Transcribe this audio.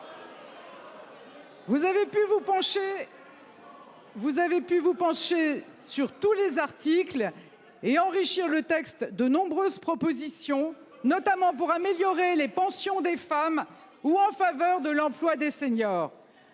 Vous avez pu vous pencher sur tous les articles et enrichir le texte de nombreuses propositions notamment pour améliorer les pensions des femmes ou en faveur de l'emploi des seniors.